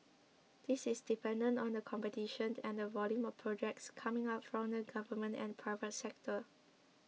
this is dependent on the competition and the volume of projects coming out from the government and private sector